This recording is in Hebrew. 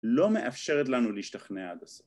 ‫לא מאפשרת לנו להשתכנע עד הסוף.